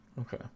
okay